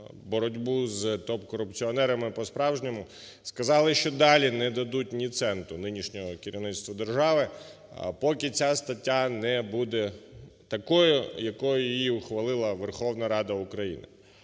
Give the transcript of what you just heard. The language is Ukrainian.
боротьбу з топ-корупціонерами по-справжньому, сказали, що далі не дадуть ні цента нинішньому керівництву держави, поки ця стаття не буде такою, якою її ухвалила Верховна Рада України.